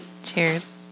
Cheers